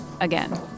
again